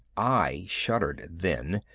i shuddered then,